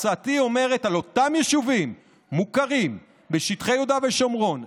הצעתי אומרת: על אותם ישובים מוכרים בשטחי יהודה ושומרון,